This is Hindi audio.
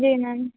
जी मैम